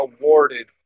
awarded